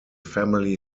family